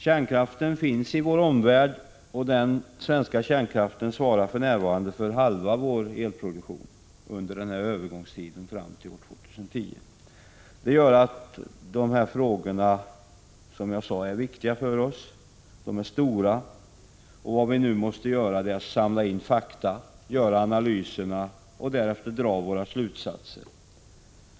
Kärnkraften finns i vår omvärld, och den svenska kärnkraften svarar för halva vår elproduktion under övergångstiden fram till år 2010. Det gör att frågorna, som jag sade, är viktiga för oss. De är stora, och vad vi nu måste göra är att samla in fakta, göra analyserna och därefter dra våra slutsatser.